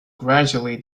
gradually